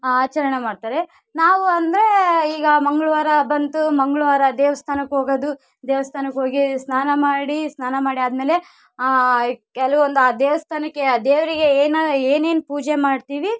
ಆಚರಣೆ ಮಾಡ್ತಾರೆ ನಾವು ಅಂದರೆ ಈಗ ಮಂಗಳವಾರ ಬಂತು ಮಂಗಳವಾರ ದೇವಸ್ಥಾನಕ್ಕೆ ಹೋಗದು ದೇವಸ್ಥಾನಕ್ಕೆ ಹೋಗಿ ಸ್ನಾನ ಮಾಡಿ ಸ್ನಾನ ಮಾಡಿ ಆದಮೇಲೆ ಕೆಲ್ವಂದು ಆ ದೇವಸ್ಥಾನಕ್ಕೆ ಆ ದೇವರಿಗೆ ಏನು ಏನೇನು ಪೂಜೆ ಮಾಡ್ತೀವಿ